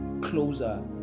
closer